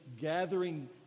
gathering